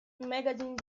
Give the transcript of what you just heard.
magazine